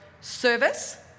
service